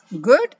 good